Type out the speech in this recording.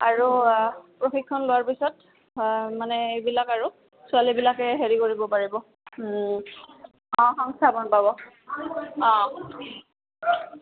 আৰু প্ৰশিক্ষণ লোৱাৰ পিছত মানে এইবিলাক আৰু ছোৱালীবিলাকে হেৰি কৰিব পাৰিব অঁ সংস্থাপন পাব অঁ